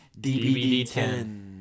DBD10